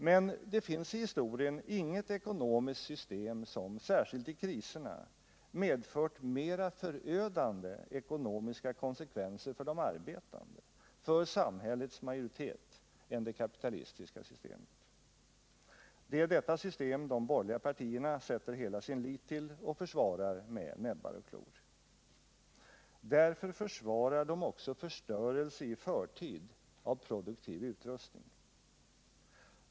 Men det finns i historien inget ekonomiskt system som, särskilt i kriserna, medfört mera förödande ekonomiska konsekvenser för de arbetande, för samhällets majoritet, än det kapitalistiska systemet. Det är detta system som de borgerliga partierna sätter hela sin tillit till och försvarar med näbbar och klor. Därför försvarar de också förstörelse i förtid av produktiv utrustning.